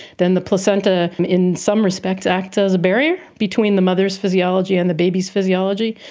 then the placenta in some respects acts as a barrier between the mother's physiology and the baby's physiology.